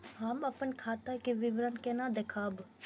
हम अपन खाता के विवरण केना देखब?